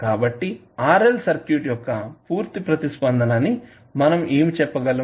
కాబట్టి RL circuit యొక్క పూర్తి ప్రతిస్పందన అని మనం ఏమి చెప్పగలం